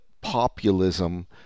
populism